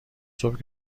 صبح